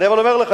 אני אומר לך,